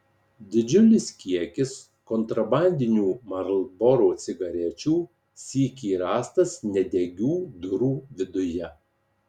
didžiulis kiekis kontrabandinių marlboro cigarečių sykį rastas nedegių durų viduje